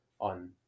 on